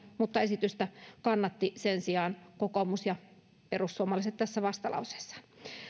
mutta esitystä kannattivat sen sijaan kokoomus ja perussuomalaiset tässä vastalauseessaan